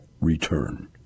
return